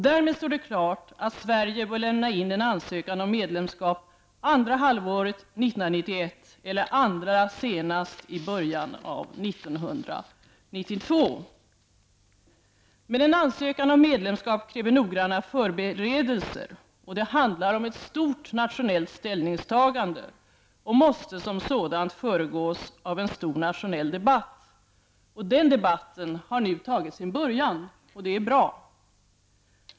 Därmed står det klart, att Sverige bör lämna in en ansökan om medlemskap andra halvåret 1991 eller allra senast i början av 1992. Men en ansökan om medlemskap kräver noggranna förberedelser. Det handlar om ett stort nationellt ställningstagande, och detta måste som sådant föregås av en stor nationell debatt. Den debatten har nu tagit sin början. Det är bra.